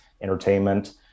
entertainment